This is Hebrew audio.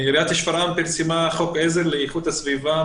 עיריית שפרעם פרסמה חוק עזר לאיכות הסביבה,